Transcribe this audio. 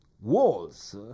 walls